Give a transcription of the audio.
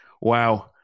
Wow